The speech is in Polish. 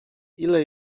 ile